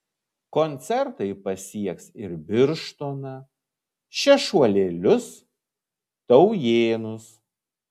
koncertai pasieks ir birštoną šešuolėlius taujėnus